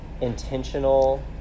intentional